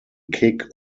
kick